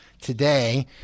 today